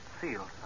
seal